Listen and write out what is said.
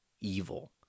evil